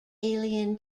alien